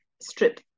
strip